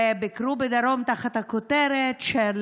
וביקרו בדרום תחת הכותרת של